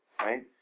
right